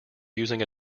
using